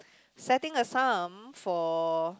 setting a sum for